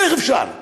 איך אפשר?